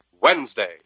Wednesday